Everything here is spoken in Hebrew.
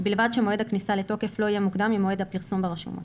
ובלבד שמועד הכניסה לתוקף לא יהיה מוקדם ממועד הפרסום ברשומות.